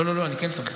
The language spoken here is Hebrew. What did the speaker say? לא, לא, אני כן צריך.